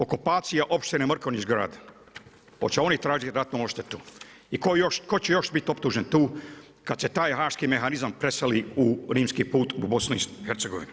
Okupacija općine Mrkonjić Grad, hoće oni tražiti ratnu odštetu i tko će još biti optužen tu kada se taj haški mehanizam preseli u rimski put u BiH?